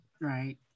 Right